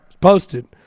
Posted